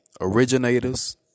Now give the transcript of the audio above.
originators